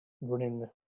running